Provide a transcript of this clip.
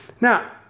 Now